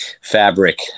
fabric